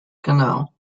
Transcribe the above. canal